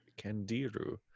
Candiru